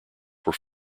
were